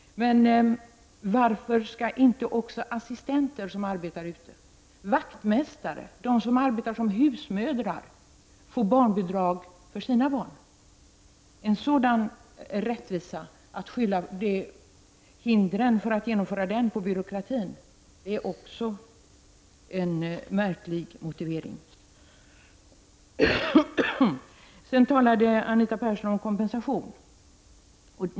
Varför skall inte också assistenter som arbetar ute, vaktmästare och de som arbetar som husmödrar få barnbidrag för sina barn? Att skylla på byråkratin som hinder för att genomföra detta är en märklig motivering. Sedan talade Anita Persson om kompensation.